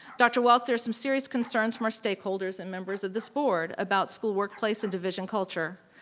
dr. waltz, there's some serious concerns from our stakeholders and members of this board about school workplace and division culture.